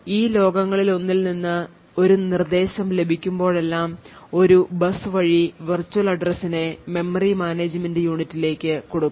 ഈ ലോകങ്ങളിലൊന്നിൽ നിന്ന് ഒരു നിർദ്ദേശം ലഭിക്കുമ്പോഴെല്ലാം ഒരു bus വഴി virtual address നെ മെമ്മറി മാനേജുമെന്റ് യൂണിറ്റിലേക്ക് കൊടുക്കും